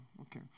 okay